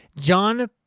John